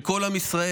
כשכל עם ישראל,